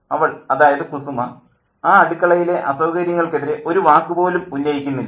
അവൾ അതായത് കുസുമ ആ അടുക്കളയിലെ അസൌകര്യങ്ങൾക്കെതിരെ ഒരു വാക്കുപോലും ഉന്നയിക്കുന്നില്ല